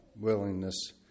willingness